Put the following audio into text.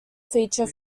feature